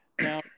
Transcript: Now